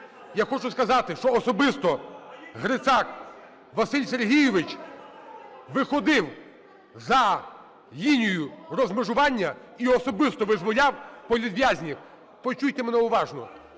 Я хочу сказати, що особисто Грицак Василь Сергійович виходив за лінію розмежування і особисто визволяв політв'язнів. Почуйте мене уважно